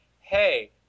hey